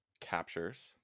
captures